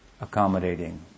accommodating